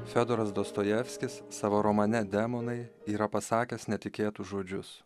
fiodoras dostojevskis savo romane demonai yra pasakęs netikėtus žodžius